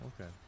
okay